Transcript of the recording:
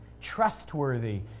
trustworthy